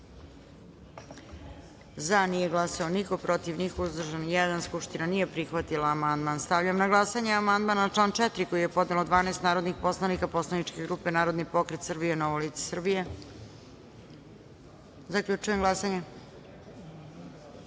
glasanje: za – niko, protiv – niko, uzdržan – jedan. Skupština nije prihvatila ovaj amandman. Stavljam na glasanje amandman na član 4. koji je podnelo 12 narodnih poslanika poslaničke grupe Narodni pokret Srbije – Novo lice Srbije. Zaključujem glasanje: